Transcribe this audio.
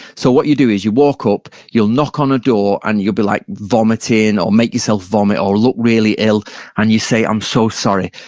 so what you do is you walk up, you'll knock on a door, and you'll be like vomiting or make yourself vomit or look really ill and you say, i'm so sorry.